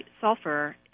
sulfur